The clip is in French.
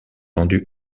vendu